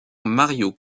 mario